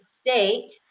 state